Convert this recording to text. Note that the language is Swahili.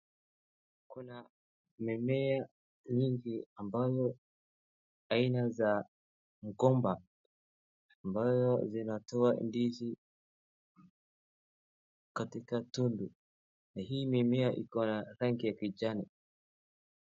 Kuna mimea nyingi ambayo aina za mgomba ambayo zinatoa ndizi katika tundu. Na hii mimea iko na rangi ya kijani.